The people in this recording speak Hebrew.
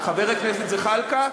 חבר הכנסת זחאלקה,